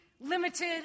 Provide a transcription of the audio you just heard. limited